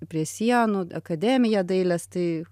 prie sienų akademiją dailės tai